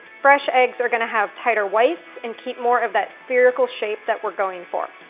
fresh eggs are gonna have tighter whites, and keep more of that spherical shape that we're going for.